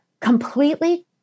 completely